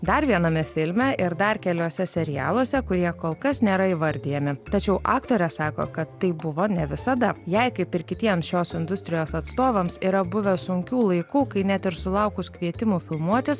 dar viename filme ir dar keliuose serialuose kurie kol kas nėra įvardijami tačiau aktorė sako kad taip buvo ne visada jai kaip ir kitiems šios industrijos atstovams yra buvę sunkių laikų kai net ir sulaukus kvietimų filmuotis